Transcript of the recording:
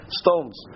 stones